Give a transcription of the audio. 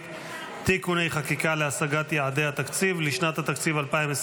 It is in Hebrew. (תיקוני חקיקה להשגת יעדי התקציב לשנת התקציב 2025)